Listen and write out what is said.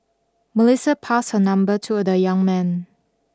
Melissa passed her number to the young man